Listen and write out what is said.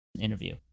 interview